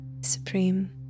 Supreme